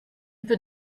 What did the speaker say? peux